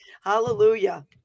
Hallelujah